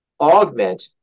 augment